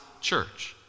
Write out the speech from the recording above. church